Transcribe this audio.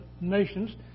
nations